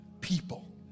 people